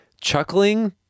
chuckling